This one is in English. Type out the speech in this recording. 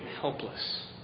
helpless